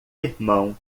irmão